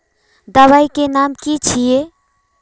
दबाई के नाम की छिए?